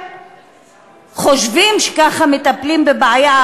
חושבים שככה מטפלים בבעיה,